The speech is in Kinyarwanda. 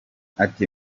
ati